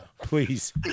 Please